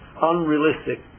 unrealistic